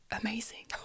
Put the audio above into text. amazing